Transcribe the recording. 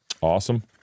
Awesome